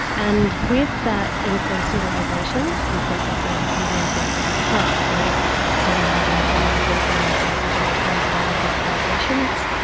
and with that increased utilisation, increases in some of the opioid related harms. so studies have identified that there has been increases in opioid related hospitalisations.